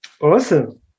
awesome